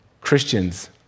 Christians